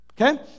Okay